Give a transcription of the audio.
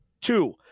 Two